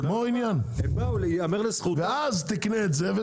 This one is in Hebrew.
תגמור עניין, ואז תקנה את זה.